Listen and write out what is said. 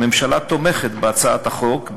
הממשלה תומכת בהצעת החוק,